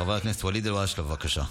חבר הכנסת ואליד אלהואשלה, בבקשה.